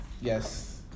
Yes